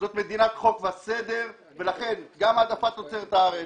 זאת מדינת חוק וסדר ולכן גם העדפת תוצרת הארץ